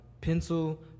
pencil